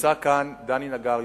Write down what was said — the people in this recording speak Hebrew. ונמצא כאן דני נגר,